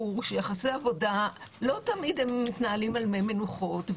שיחסי עבודה לא תמיד מתנהלים על מי מנוחות.